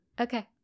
Okay